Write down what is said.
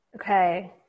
Okay